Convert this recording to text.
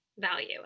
value